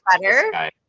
better